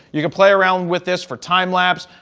you could play around with this for time lapse,